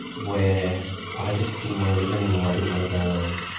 where i just didn't want to live anymore, i didn't want to go on.